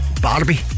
Barbie